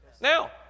Now